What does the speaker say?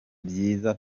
byiza